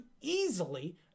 easily